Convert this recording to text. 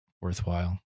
worthwhile